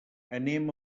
anem